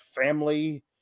family